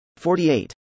48